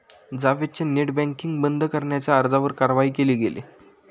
जावेदच्या net banking बंद करण्याच्या अर्जावर काय कारवाई केली गेली?